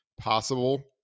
possible